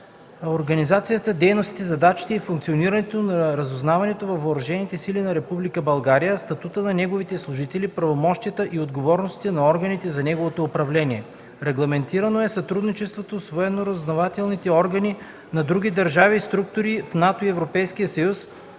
организацията, дейностите, задачите и функционирането на разузнаването във въоръжените сили на Република България, статута на неговите служители, правомощията и отговорностите на органите за неговото управление. Регламентирано е сътрудничеството с военноразузнавателни органи на други държави и структури в НАТО и